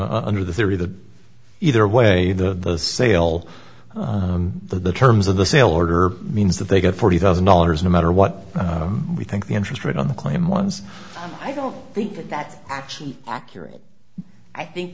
know under the theory that either way that the sale on the terms of the sale order means that they get forty thousand dollars no matter what we think the interest rate on the claim once i don't think that that actually accurate i think